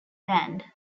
banned